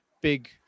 big